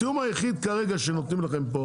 התיאום היחיד כרגע שנותנים לכם פה,